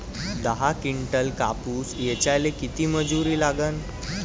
दहा किंटल कापूस ऐचायले किती मजूरी लागन?